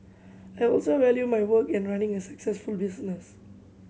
I also value my work and running a successful business